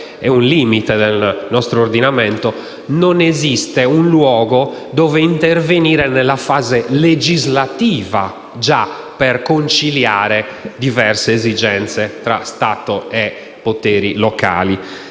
è un limite del nostro ordinamento - un luogo dove intervenire nella fase legislativa già per conciliare diverse esigenze tra Stato e poteri locali.